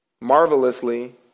marvelously